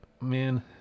man